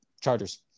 chargers